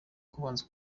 kubanza